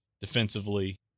defensively